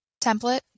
template